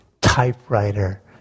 typewriter